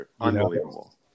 Unbelievable